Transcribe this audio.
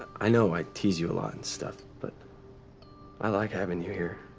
i know i tease you a lot and stuff, but i like having you here.